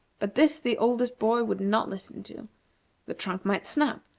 but this the oldest boy would not listen to the trunk might snap,